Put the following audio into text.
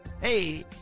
Hey